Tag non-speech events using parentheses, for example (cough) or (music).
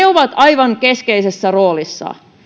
(unintelligible) ovat aivan keskeisessä roolissa